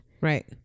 Right